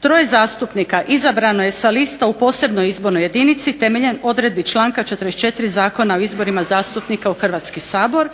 Troje zastupnika izabrano je sa lista u posebnoj izbornoj jedinici temeljem odredbi članka 44. Zakona o izborima zastupnika u Hrvatski sabor,